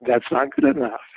that's not good enough